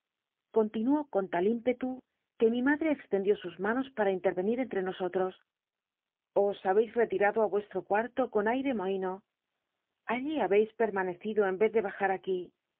continuó con tal ímpetu que mi mallrc extendió sus manos pam intenenir entre nosotros os babeis rctilado i ucstro cuarto con aire mohíno alli ha beis pc i'llltllleciclo en vez de bajar aquí